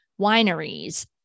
wineries